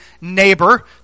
neighbor